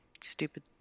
stupid